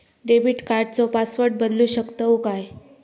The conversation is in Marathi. डेबिट कार्डचो पासवर्ड बदलु शकतव काय?